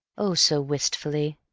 oh so wistfully!